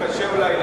קשה אולי,